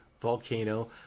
volcano